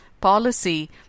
policy